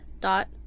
dot